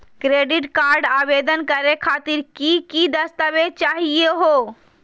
Credit card आवेदन करे खातिर की की दस्तावेज चाहीयो हो?